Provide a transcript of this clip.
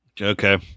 Okay